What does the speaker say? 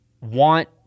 want